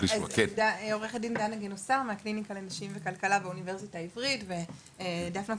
עורכת דין דנה גנוסר מהקליניקה לנשים וכלכלה באוניברסיטה העברית ודפנה,